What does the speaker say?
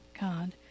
God